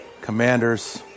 commanders